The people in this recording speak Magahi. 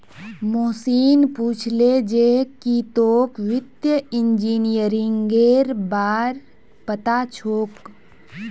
मोहनीश पूछले जे की तोक वित्तीय इंजीनियरिंगेर बार पता छोक